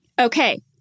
Okay